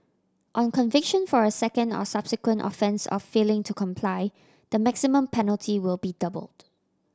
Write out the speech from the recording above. on conviction for a second or subsequent offence of failing to comply the maximum penalty will be doubled